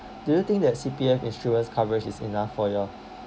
do you think that C_P_F insurance coverage is enough for your